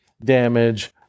damage